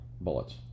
bullets